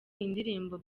indirimbo